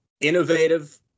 innovative